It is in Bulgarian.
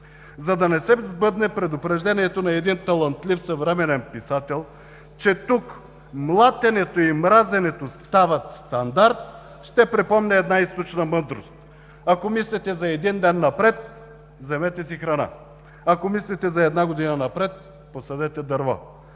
За да не се сбъдне предупреждението на един талантлив съвременен писател, че тук млатенето и мразенето стават стандарт, ще припомня една източна мъдрост: „Ако мислите за един ден напред – вземете си храна, ако мислите за една година напред – посадете дърво,